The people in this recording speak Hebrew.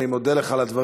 אני מודה לך על הדברים.